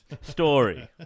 story